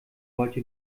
wollte